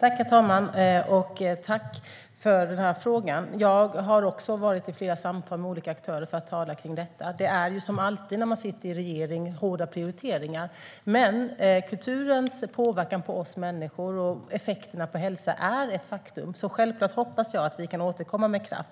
Herr talman! Jag tackar för frågan. Jag har fört flera samtal om detta med olika aktörer. Som alltid när man sitter i regeringsställning är det fråga om hårda prioriteringar. Men kulturens påverkan på oss människor och effekterna på hälsan är ett faktum, så jag hoppas självfallet att vi kan återkomma med kraft.